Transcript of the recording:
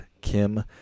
Kim